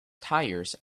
tires